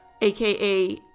aka